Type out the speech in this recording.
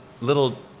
little